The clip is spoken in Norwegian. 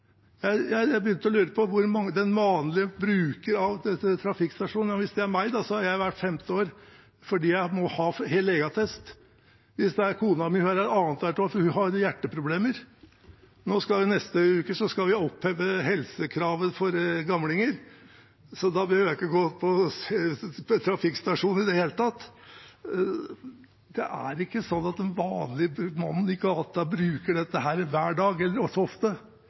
meg, er jeg der hvert femte år, for jeg må ha legeattest. Hvis det er kona mi, er hun der annet hvert år, for hun har hjerteproblemer. Neste uke skal vi oppheve helsekravet for gamlinger, så da behøver jeg ikke å dra til trafikkstasjonen i det hele tatt. Den vanlige mann i gata bruker ikke dette hver dag eller ofte. Men det som er viktig, er at når man skal ta førerkort, da bruker